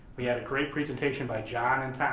we had a great presentation by john and tom.